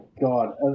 god